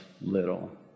little